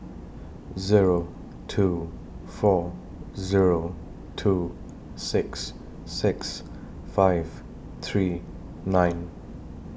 Zero two four Zero two six six five three nine